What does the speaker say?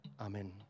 Amen